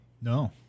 No